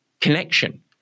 connection